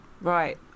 Right